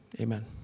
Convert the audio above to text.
amen